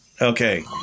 okay